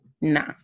Nah